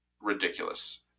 ridiculous